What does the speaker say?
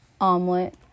Omelet